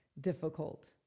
difficult